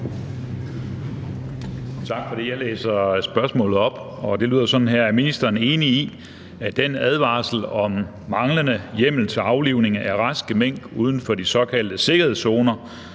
Tak for det. Jeg læser spørgsmålet op, og det lyder sådan her: Er ministeren enig i, at den advarsel om manglende hjemmel til aflivning af raske mink uden for de såkaldte sikkerhedszoner,